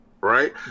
right